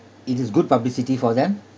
it is good publicity for them